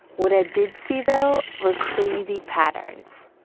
what i did see though we're crazy patterns